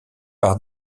par